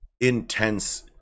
intense